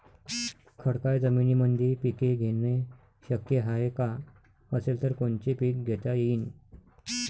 खडकाळ जमीनीमंदी पिके घेणे शक्य हाये का? असेल तर कोनचे पीक घेता येईन?